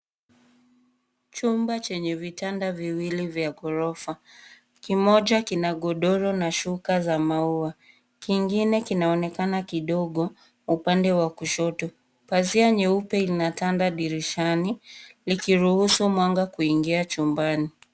Chumba chenye vitanda viwili vya ghorofa. Kimoja kina godoro na shuka za maua. Kingine kinaonekana kidogo upande wa kushoto. Pazia nyeupe inatanda dirishani likiruhusu mwanga kuingia chumbani.